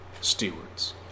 stewards